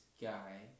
guy